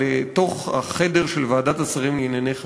לתוך החדר של ועדת השרים לענייני חקיקה.